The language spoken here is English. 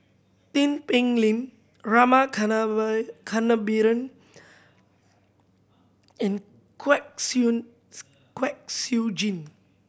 Tin Pei Ling Rama Kannabiran and Kwek Siew Kwek Siew Jin